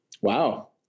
Wow